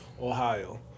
Ohio